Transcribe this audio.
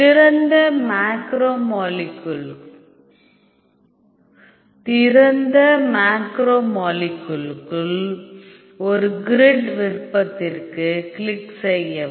திறந்த மேக்ரோமாலிக்குள் மீது கிரிட் விருப்பத்திற்கு கிளிக் செய்யவும்